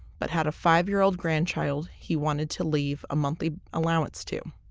but had a five year old grandchild he wanted to leave a monthly allowance to.